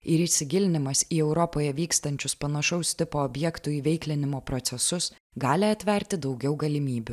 ir įsigilinimas į europoje vykstančius panašaus tipo objektų įveiklinimo procesus gali atverti daugiau galimybių